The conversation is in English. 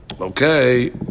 Okay